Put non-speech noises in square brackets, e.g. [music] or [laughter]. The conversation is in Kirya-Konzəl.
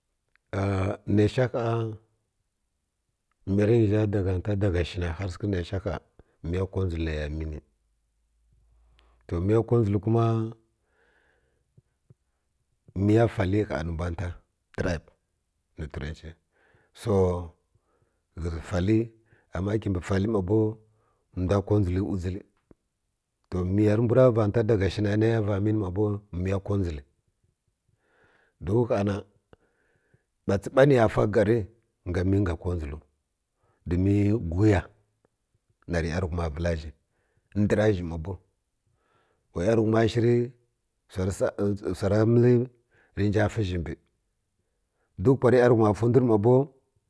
[hesitation] nə sha ha nə rə zha da gha nta dagha shi na nə sha mə kadʒil nə ya mə ni to miya kodʒil kuma miya fali gha nə mbw nta trin so [unintelligible] fa li amma kibi fali mma bow ndw kodʒil ya wudʒil to miga rə mbw va nta daga shi na nə ya ma mi ma bow miya kadʒil don gha na buts ba nə ya fa gar nga mi nga kadʒildəw domin guri ya na rə yarighuma vəl zhi ndər zhi ma bow wa yarghuma shirə wsa sa’a wsa ra məl rə nja fi zhi mbz duk par yanghuma ti ndw rə ma bow.